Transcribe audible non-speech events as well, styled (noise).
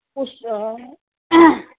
(unintelligible)